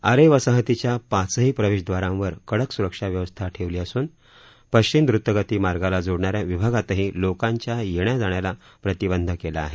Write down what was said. आरे वसाहतीच्या पाचही प्रवेशदवारांवर कडक सुरक्षा व्यवस्था ठेवली असुन पश्चिम द्रतगती मार्गाला जोडणा या विभागातही लोकांच्या येण्या जाण्याला प्रतिबंध केला आहे